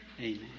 Amen